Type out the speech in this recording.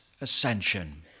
ascension